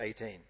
18